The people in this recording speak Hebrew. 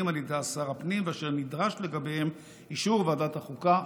על ידי שר הפנים ואשר נדרש לגביהם אישור ועדת החוקה,